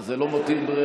אז זה לא מותיר ברירה,